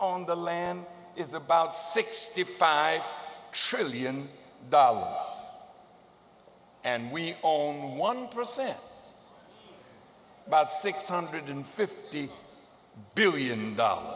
on the land is about sixty five trillion dollars and we owe my one percent about six hundred fifty billion dollar